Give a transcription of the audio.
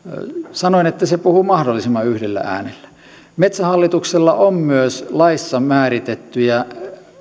sanoin että se puhuu mahdollisimman yhdellä äänellä metsähallituksella on myös laissa määritettyjä